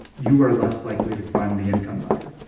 you are less likely to climb the income ladder.